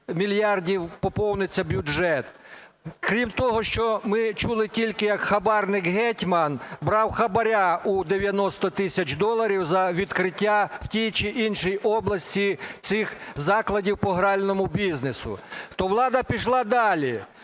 мільярдів поповниться бюджет. Крім того, що ми чули тільки, як хабарник Гетьман брав хабара у 90 тисяч доларів за відкриття в тій чи іншій області цих закладів по гральному бізнесу. То влада пішла далі